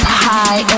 high